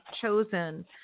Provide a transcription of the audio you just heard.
chosen